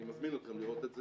אני מזמין אתכם לראות את זה,